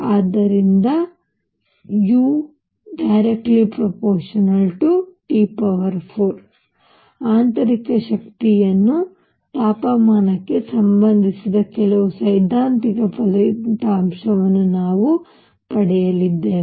ಆದ್ದರಿಂದ uT4 ಆಂತರಿಕ ಶಕ್ತಿಯನ್ನು ತಾಪಮಾನಕ್ಕೆ ಸಂಬಂಧಿಸಿದ ಕೆಲವು ಸೈದ್ಧಾಂತಿಕ ಫಲಿತಾಂಶವನ್ನು ನಾವು ಪಡೆದಿದ್ದೇವೆ